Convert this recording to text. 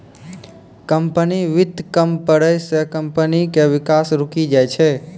company वित्त कम पड़ै से कम्पनी के विकास रुकी जाय छै